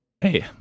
Hey